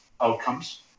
outcomes